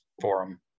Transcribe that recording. forum